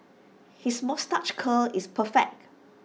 his moustache curl is perfect